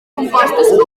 compostos